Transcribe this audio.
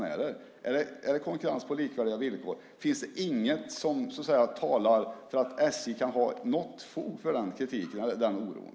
Är det konkurrens på likvärdiga villkor? Finns det inget som talar för att SJ kan ha något fog för kritiken eller oron?